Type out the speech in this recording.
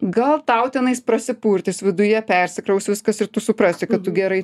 gal tau tenais prasipurtys viduje persikraus viskas ir tu suprasi kad tu gerai